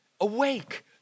awake